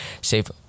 save